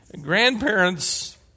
Grandparents